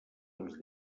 als